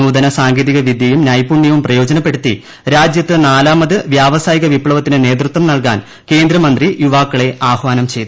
നൂതന സാങ്കേതിക വിദ്യയും നൈഷ്ടുണ്ടുവും പ്രയോജനപ്പെടുത്തി രാജ്യത്ത് നാലാമത് വ്യാവസായിക്ക്പ്പിപ്ലവത്തിന് നേതൃത്വം നൽകാൻ കേന്ദ്രമന്ത്രി യുവാക്കളെ ആഹ്യാന്ം ചെയ്തു